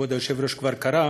שכבוד היושב-ראש כבר קרא: